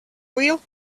wheel